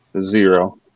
Zero